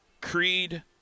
Creed